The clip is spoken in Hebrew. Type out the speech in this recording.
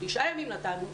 9 ימים נתנו,